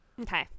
Okay